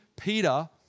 Peter